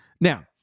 Now